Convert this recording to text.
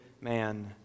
man